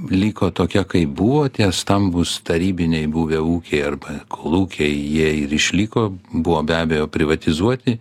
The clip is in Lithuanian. liko tokia kaip buvo tie stambūs tarybiniai buvę ūkiai arba kolūkiai jie ir išliko buvo be abejo privatizuoti